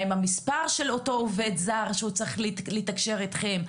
מה המספר של אותו עובד זר שצריך לתקשר אתכם.